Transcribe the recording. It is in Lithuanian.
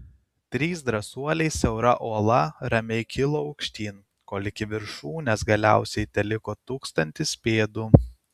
trys drąsuoliai siaura uola ramiai kilo aukštyn kol iki viršūnės galiausiai teliko tūkstantis pėdų